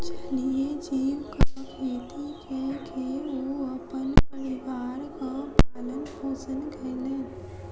जलीय जीवक खेती कय के ओ अपन परिवारक पालन पोषण कयलैन